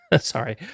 sorry